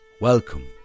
Welcome